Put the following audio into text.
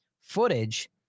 footage